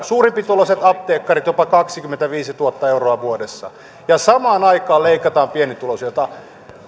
suurempituloiset apteekkarit jopa kaksikymmentäviisituhatta euroa vuodessa ja samaan aikaan leikataan pienituloisilta